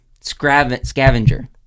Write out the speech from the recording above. Scavenger